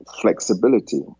flexibility